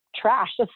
trash